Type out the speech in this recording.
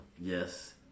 Yes